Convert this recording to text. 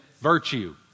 virtue